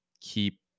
keep